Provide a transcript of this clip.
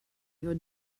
your